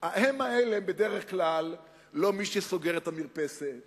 אלה הם בדרך כלל לא מי שסוגר מרפסת